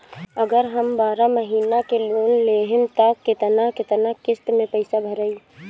अगर हम बारह महिना के लोन लेहेम त केतना केतना किस्त मे पैसा भराई?